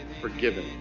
forgiven